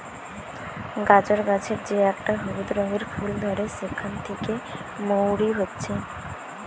গাজর গাছের যে একটা হলুদ রঙের ফুল ধরে সেখান থিকে মৌরি হচ্ছে